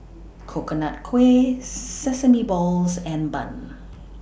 Coconut Kuih Sesame Balls and Bun